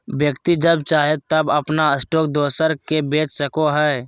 व्यक्ति जब चाहे तब अपन स्टॉक दोसर के बेच सको हइ